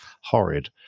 Horrid